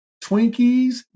twinkies